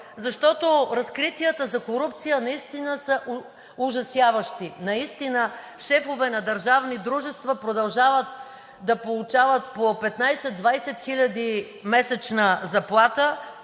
Защото разкритията за корупция наистина са ужасяващи, наистина шефове на държавни дружества продължават да получават по 15 – 20 хиляди месечна заплата,